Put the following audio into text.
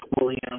William